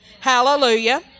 Hallelujah